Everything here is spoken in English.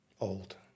Old